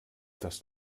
das